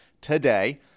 today